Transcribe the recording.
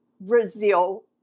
Brazil